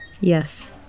Yes